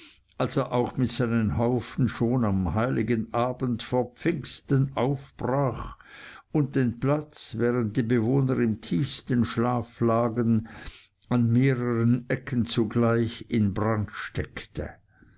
er auch mit seinen haufen schon am heiligen abend vor pfingsten aufbrach und den platz während die bewohner im tiefsten schlaf lagen an mehreren ecken zugleich in brand steckte